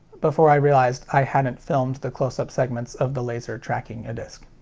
before i realized i hadn't filmed the close up segments of the laser tracking a disc.